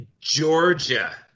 Georgia